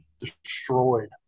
Destroyed